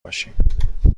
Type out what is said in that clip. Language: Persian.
باشیم